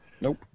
Nope